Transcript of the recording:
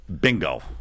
Bingo